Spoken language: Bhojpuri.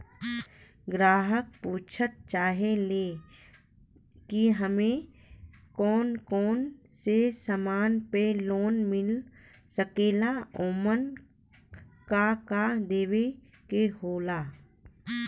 ग्राहक पुछत चाहे ले की हमे कौन कोन से समान पे लोन मील सकेला ओमन का का देवे के होला?